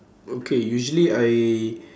okay usually I